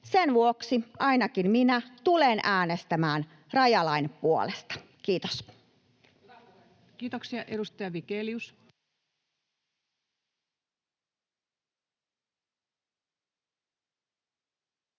Sen vuoksi ainakin minä tulen äänestämään rajalain puolesta. — Kiitos. Kiitoksia. — Edustaja Vigelius.